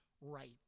right